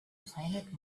planet